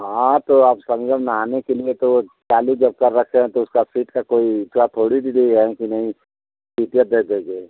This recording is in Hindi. हाँ तो अब संगम नहाने के लिए तो चालू जब कर रखे हैं तो उसका सीट का कोई इतला थोड़ी भी दिए हैं कि नहीं सीटिया दै देंगे